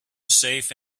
safe